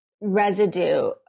residue